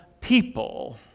people